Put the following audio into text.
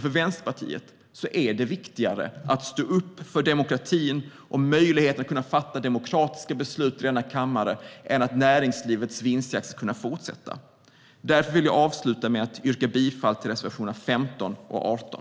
För Vänsterpartiet är det viktigare att stå upp för demokratin och möjligheten att fatta demokratiska beslut i denna kammare än att näringslivets vinstjakt ska kunna fortsätta. Därför vill jag avsluta med att yrka bifall till reservationerna 15 och 18.